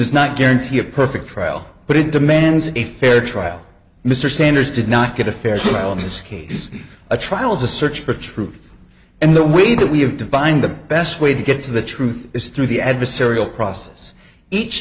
does not guarantee a perfect trial but it demands a fair trial mr sanders did not get a fair trial in this case a trial is a search for truth and the way that we have to find the best way to get to the truth is through the adversarial process each